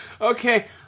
Okay